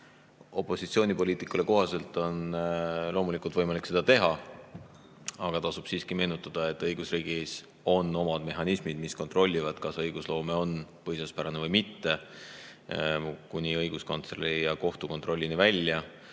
opositsioonipoliitikule kohaselt on loomulikult võimalik seda teha, aga tasub siiski meenutada, et õigusriigis on omad mehhanismid, mis kontrollivad, kas õigusloome on põhiseaduspärane või mitte, kuni õiguskantsleri ja kohtu kontrollini välja.